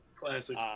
Classic